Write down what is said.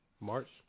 March